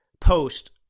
Post